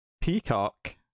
Peacock